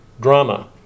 drama